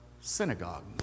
synagogue